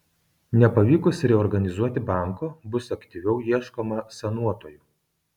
nepavykus reorganizuoti banko bus aktyviau ieškoma sanuotojų